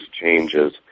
changes